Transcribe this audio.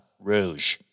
rouge